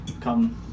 come